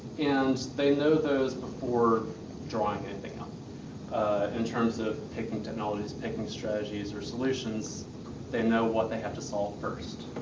and they know those before drawing anything up in terms of picking technologies, picking strategies or solutions they know what they have to solve first.